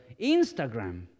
Instagram